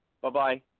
Bye-bye